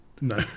No